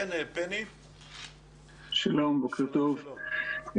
שלום, בוקר טוב.